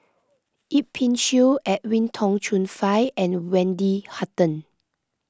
Yip Pin Xiu Edwin Tong Chun Fai and Wendy Hutton